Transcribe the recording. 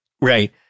right